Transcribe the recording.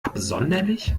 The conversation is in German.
absonderlich